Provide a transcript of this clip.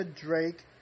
Drake